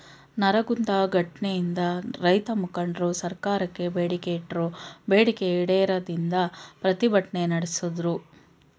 ನರಗುಂದ ಘಟ್ನೆಯಿಂದ ರೈತಮುಖಂಡ್ರು ಸರ್ಕಾರಕ್ಕೆ ಬೇಡಿಕೆ ಇಟ್ರು ಬೇಡಿಕೆ ಈಡೇರದಿಂದ ಪ್ರತಿಭಟ್ನೆ ನಡ್ಸುದ್ರು